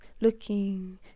looking